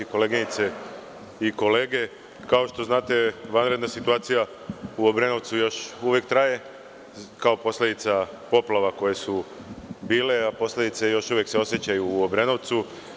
Uvažene koleginice i kolege, kao što znate vanredna situacija u Obrenovcu još uvek traje kao posledica poplave koje su bile, a posledice se još uvek osećaju u Obrenovcu.